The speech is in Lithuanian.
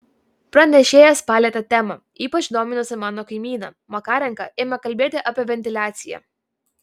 pranešėjas palietė temą ypač dominusią mano kaimyną makarenka ėmė kalbėti apie ventiliaciją